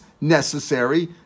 necessary